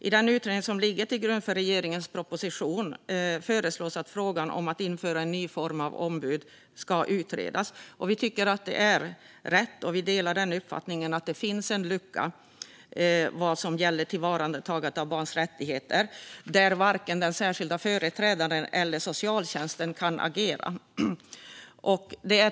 I den utredning som ligger till grund för regeringens proposition föreslås att frågan om att införa en ny form av ombud ska utredas. Vi tycker att det är rätt, och vi delar uppfattningen att det finns en lucka vad gäller tillvaratagandet av barns rättigheter där varken den särskilda företrädaren eller socialtjänsten kan agera.